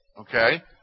Okay